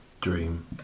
dream